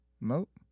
Nope